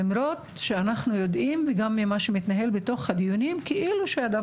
למרות שאנחנו יודעים שהדבר מכוון כלפי המורים הערבים כאילו הם המחבלים.